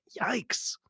Yikes